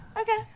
okay